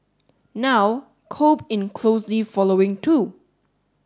now Kobe in closely following too